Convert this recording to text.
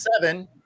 seven